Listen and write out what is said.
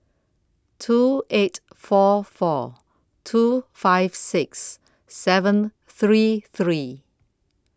two eight four four two five six seven three three